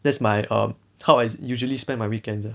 that's my um how I usually spend my weekends ah